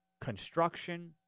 construction